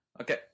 okay